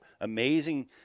amazing